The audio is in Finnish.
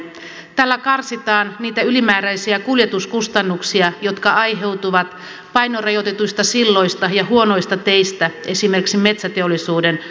tällä karsitaan niitä ylimääräisiä kuljetuskustannuksia jotka aiheutuvat painorajoitetuista silloista ja huonoista teistä esimerkiksi metsäteollisuuden harmiksi